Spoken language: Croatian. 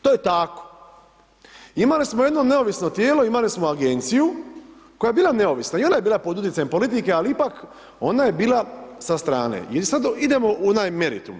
To je tako, imali smo jedno neovisno tijelo, imali smo agenciju, koja je bila neovisna i ona je bila pod utjecajem politike, ali ipak, ona je bila sa strane i sada idemo u onaj meritum.